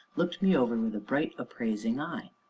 looked me over with a bright, appraising eye.